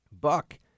Buck